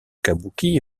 kabuki